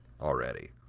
already